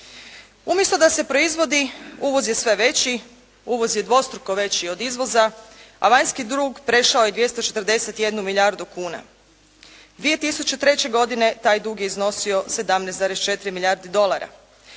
Umjesto da se proizvodi, uvoz je sve veći, uvoz je dvostruko veći od izvoz, a vanjski dug prešao je 241 milijardu kuna. 2003. godine taj dug je iznosio 17,4 milijarde dolara.